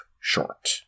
short